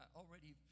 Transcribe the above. already